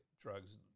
drugs